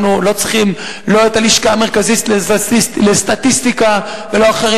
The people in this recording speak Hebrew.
אנחנו לא צריכים לא את הלשכה המרכזית לסטטיסטיקה ולא אחרים,